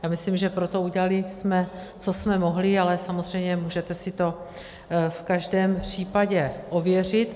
Já myslím, že jsme pro to udělali, co jsme mohli, ale samozřejmě můžete si to v každém případě ověřit.